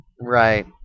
right